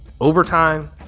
overtime